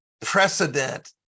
precedent